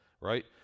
right